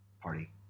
party